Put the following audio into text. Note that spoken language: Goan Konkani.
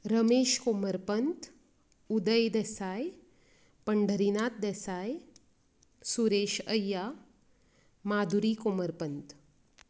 रमेश कोमरपंत उदय देसाय पंढरीनाथ देसाय सुरेश अय्या माधुरी कोमरपंत